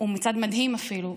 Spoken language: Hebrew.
הוא מצעד מדהים, אפילו.